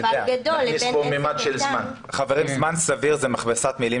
שזה מספר גדול,